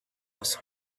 was